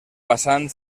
passant